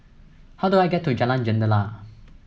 how do I get to Jalan Jendela